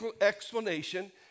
explanation